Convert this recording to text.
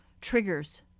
triggers